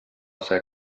ser